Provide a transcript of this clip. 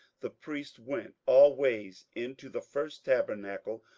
the priests went always into the first tabernacle,